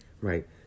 right